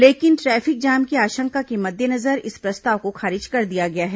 लेकिन traffic jam की आशंका के मद्देनजर इस प्रस्ताव को खारिज कर दिया गया है